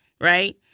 Right